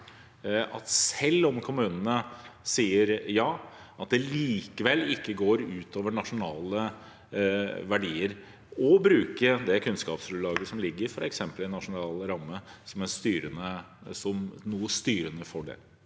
at selv om kommunene sier ja, vil det likevel ikke gå ut over nasjonale verneverdier, og bruke det kunnskapsgrunnlaget som ligger f.eks. i de nasjonale rammene, som styrende for det?